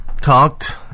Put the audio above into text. talked